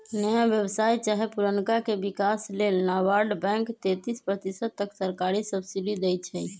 नया व्यवसाय चाहे पुरनका के विकास लेल नाबार्ड बैंक तेतिस प्रतिशत तक सरकारी सब्सिडी देइ छइ